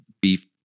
beef